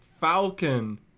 falcon